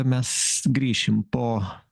mes grįšim po